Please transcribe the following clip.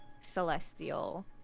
Celestial